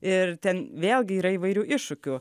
ir ten vėlgi yra įvairių iššūkių